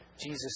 Jesus